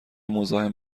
مزاحم